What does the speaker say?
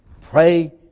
Pray